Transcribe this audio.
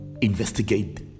investigate